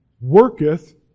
worketh